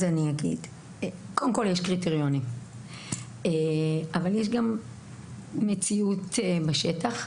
קודם כל, יש קריטריונים, אבל יש גם מציאות בשטח.